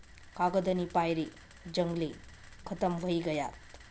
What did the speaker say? कागदनी पायरे जंगले खतम व्हयी गयात